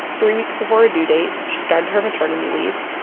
three weeks before her due date, she started her maternity leave.